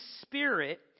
Spirit